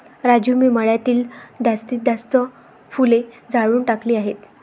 राजू मी मळ्यातील जास्तीत जास्त फुले जाळून टाकली आहेत